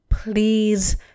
please